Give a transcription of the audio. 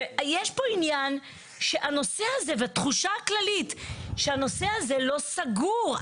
יש פה עניין שהנושא הזה והתחושה הכללית שהנושא הזה לא סגור.